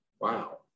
Wow